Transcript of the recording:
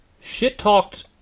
Shit-talked